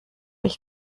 ich